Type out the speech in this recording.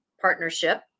partnership